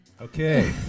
Okay